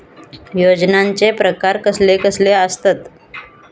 योजनांचे प्रकार कसले कसले असतत?